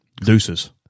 deuces